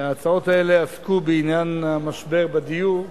ההצעות האלה עסקו בעניין משבר הדיור,